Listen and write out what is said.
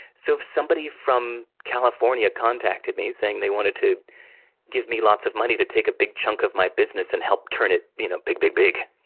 so, if someone from california contacted me, saying they wanted to give me lots of money to take a big chunk of my business, and help turn it you know big, big, big.